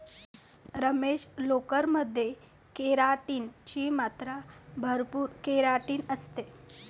रमेश, लोकर मध्ये केराटिन ची मात्रा भरपूर केराटिन असते